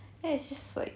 then it's just like